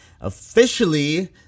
officially